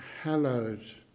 hallowed